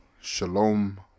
shalom